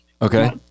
Okay